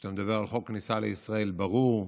כשאתה מדבר על חוק כניסה לישראל, ברור,